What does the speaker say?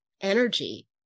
energy